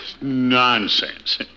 Nonsense